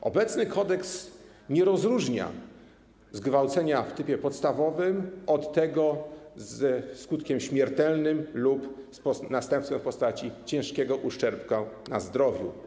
W obecnym kodeksie nie odróżnia się zgwałcenia w trybie podstawowym od tego ze skutkiem śmiertelnym lub z następstwem w postaci ciężkiego uszczerbku na zdrowiu.